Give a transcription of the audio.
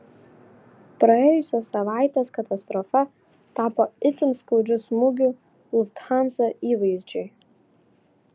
praėjusios savaitės katastrofa tapo itin skaudžiu smūgiu lufthansa įvaizdžiui